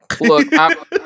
Look